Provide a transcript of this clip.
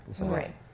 Right